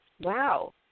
Wow